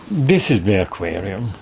this is the aquarium,